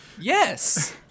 Yes